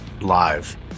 live